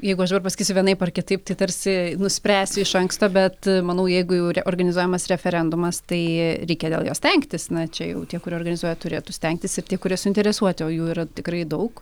jeigu aš dabar pasakysiu vienaip ar kitaip tai tarsi nuspręsiu iš anksto bet manau jeigu jau organizuojamas referendumas tai reikia dėl jo stengtis na čia jau tie kurie organizuoja turėtų stengtis ir tie kurie suinteresuoti o jų yra tikrai daug